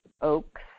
oaks